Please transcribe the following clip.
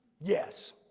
Yes